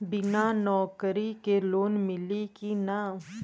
बिना नौकरी के लोन मिली कि ना?